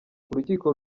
urukiko